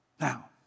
Now